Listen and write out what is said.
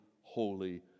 holy